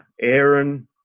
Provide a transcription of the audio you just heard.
Aaron